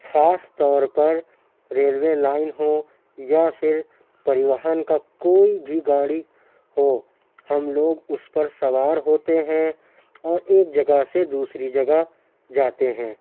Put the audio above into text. خاص طور پر ریلوے لائن ہوں یا پھر پریوہن کا کوئی بھی گاڑی ہو ہم لوگ اُس پر سوار ہوتے ہیں اور ایک جگہ سے دوسری جگہ جاتے ہیں